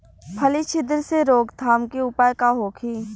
फली छिद्र से रोकथाम के उपाय का होखे?